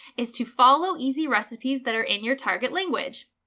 is to follow easy recipes that are in your target language.